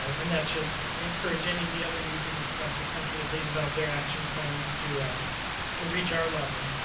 and that should encourage any of the other regions across the country, as they develop their actions plans, to to reach our level.